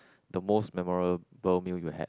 the most memorable meal you had